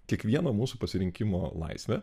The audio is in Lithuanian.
kiekvieno mūsų pasirinkimo laisvė